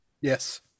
Yes